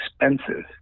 expensive